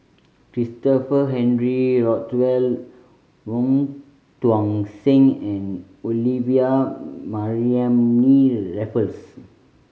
Christopher Henry Rothwell Wong Tuang Seng and Olivia Mariamne Raffles